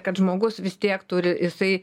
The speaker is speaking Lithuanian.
kad žmogus vis tiek turi jisai